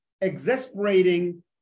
exasperating